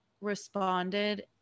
responded